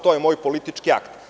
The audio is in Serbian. To je moj politički akt.